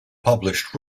published